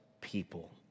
people